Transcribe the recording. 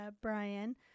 Brian